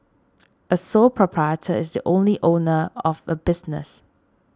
a sole proprietor is the only owner of a business